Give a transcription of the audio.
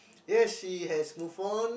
yes she has no phone